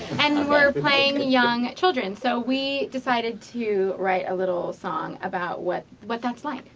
and we're playing young children. so we decided to write a little song about what what that's like,